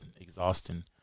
exhausting